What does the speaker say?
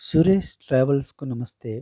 సురేష్ ట్రావెల్స్కు నమస్తే